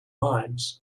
lives